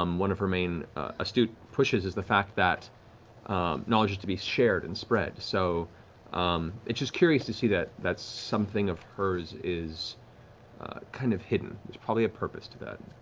um one of her main astute pushes is the fact that knowledge is to be shared and spread, so um it's curious to see that that something of hers is kind of hidden. there's probably a purpose to that.